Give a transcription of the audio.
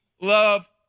love